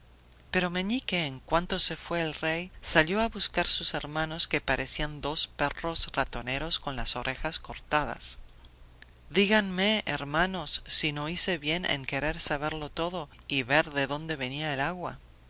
pero meñique en cuanto se fue el rey salió a buscar a sus hermanos que parecían dos perros ratoneros con las orejas cortadas díganme hermanos si no hice bien en querer saberlo todo y ver de dónde venía el agua